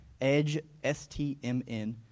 EdgeSTMN